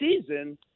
season